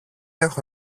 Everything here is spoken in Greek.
έχω